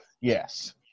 Yes